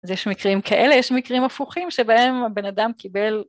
אז יש מקרים כאלה, יש מקרים הפוכים שבהם הבן אדם קיבל...